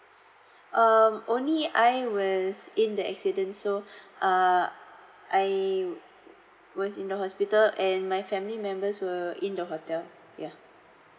um I only was in the accident so err I was in the hospital and my family members were in the hotel ya